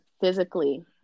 physically